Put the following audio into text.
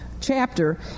chapter